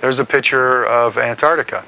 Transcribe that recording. there's a picture of antarctica